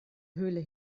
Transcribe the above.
höhle